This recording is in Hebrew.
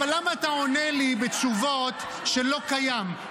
אבל למה אתה עונה לי בתשובות שלא קיים?